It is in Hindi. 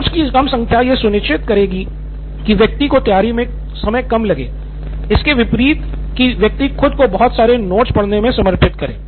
नोट्स की कम संख्या यह सुनिश्चित करेगी की व्यक्ति को तैयारी मे समय कम लगे इसके विपरीत की व्यक्ति खुद को बहुत सारे नोट्स पढ़ने में समर्पित करे